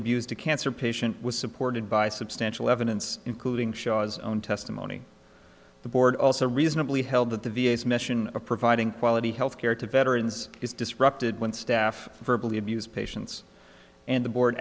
abused a cancer patient was supported by substantial evidence including shaw's own testimony the board also reasonably held that the v a s mission of providing quality health care to veterans is disrupted when staff verbally abuse patients and the board